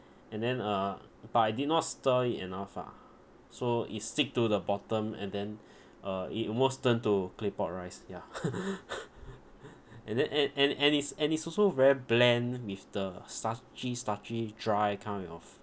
and then uh but I did not stir it enough ah so it stick to the bottom and then uh it almost turn to claypot rice ya and then and and and it's and it's also very bland with the starchy starchy dry kind of